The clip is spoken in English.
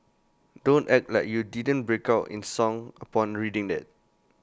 don't act like you didn't break out in song upon reading that